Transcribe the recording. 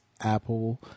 apple